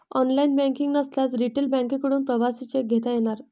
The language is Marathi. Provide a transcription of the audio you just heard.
ऑनलाइन बँकिंग नसल्यास रिटेल बँकांकडून प्रवासी चेक घेता येणार